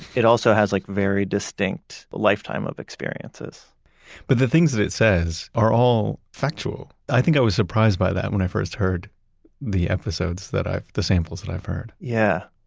it also has a like very distinct lifetime of experiences but the things that it says are all factual. i think i was surprised by that when i first heard the episodes that i've, the samples that i've heard yeah.